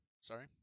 Sorry